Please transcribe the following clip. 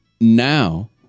now